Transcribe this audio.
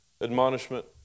admonishment